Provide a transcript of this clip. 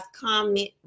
comment